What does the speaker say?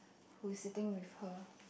who is sitting with her